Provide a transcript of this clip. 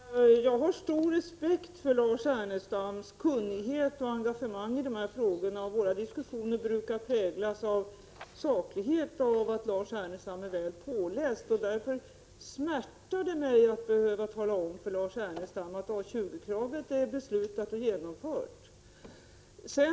Herr talman! Jag har stor respekt för Lars Ernestams kunnighet och engagemang i dessa frågor, och våra diskussioner brukar präglas av saklighet på grund av att Lars Ernestam är väl påläst. Därför smärtar det mig att behöva tala om för Lars Ernestam att man har fattat beslut om och genomfört A 20-kravet.